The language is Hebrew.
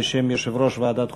בשם יושב-ראש ועדת החוקה,